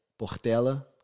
Portela